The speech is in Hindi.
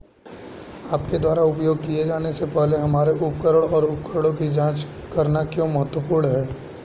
आपके द्वारा उपयोग किए जाने से पहले हमारे उपकरण और उपकरणों की जांच करना क्यों महत्वपूर्ण है?